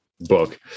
book